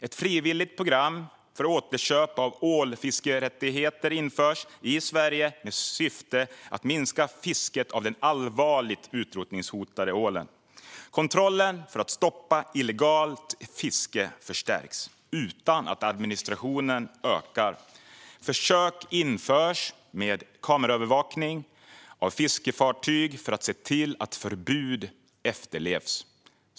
Ett frivilligt program för återköp av ålfiskerättigheter införs i Sverige, med syfte att minska fisket av den allvarligt utrotningshotade ålen. Kontrollen för att stoppa illegalt fiske förstärks, utan att administrationen ökar. Försök införs med kameraövervakning av fiskefartyg för att se till att förbud efterlevs.